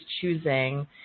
choosing